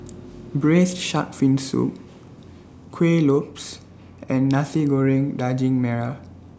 Braised Shark Fin Soup Kuih Lopes and Nasi Goreng Daging Merah